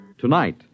Tonight